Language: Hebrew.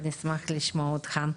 תגיד לי, אנחנו נשמח לשמוע אותך.